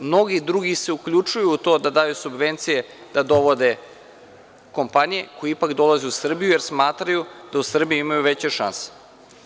Mnogi drugi se uključuju u to da daju subvencije da dovode kompanije koje ipak dolaze u Srbiju, jer smatraju da u Srbiji imaju veće šanse.